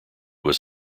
was